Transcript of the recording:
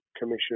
Commission